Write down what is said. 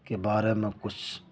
کے بارے میں کچھ